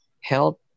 health